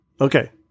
Okay